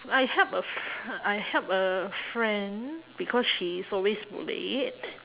I help a f~ I help a friend because she is always late